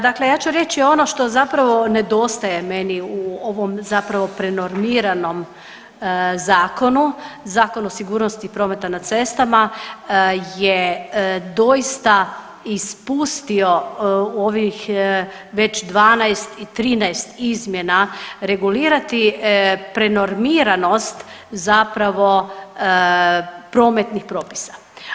Dakle ja ću reći ono što zapravo nedostaje meni u ovom zapravo prenormiranom zakonu, Zakonu o sigurnosti prometa na cestama je doista ispustio u ovih već 12 i 13 izmjena regulirati prenormiranost zapravo prometnih propisa.